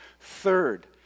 Third